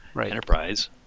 enterprise